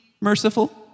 merciful